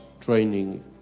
training